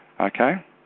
Okay